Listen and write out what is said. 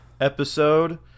episode